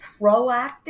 proactive